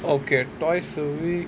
orh okay twice a week